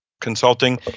consulting